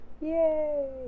Yay